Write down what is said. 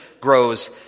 grows